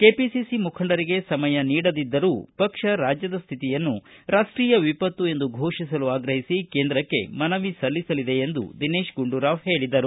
KPCC ಮುಖಂಡರಿಗೆ ಸಮಯ ನೀಡಿದಿದ್ದರೂ ಪಕ್ಷ ರಾಜ್ಯದ ಸ್ಥಿತಿಯನ್ನು ರಾಷ್ಟೀಯ ವಿಪತ್ತು ಎಂದು ಘೋಷಿಸಲು ಆಗ್ರಹಿಸಿ ಕೇಂದ್ರಕ್ಕೆ ಮನವಿ ಸಲ್ಲಿಸಲಿದೆ ಎಂದು ದಿನೇತ ಗುಂಡೂರಾವ್ ಹೇಳಿದರು